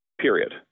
period